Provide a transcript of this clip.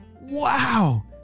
Wow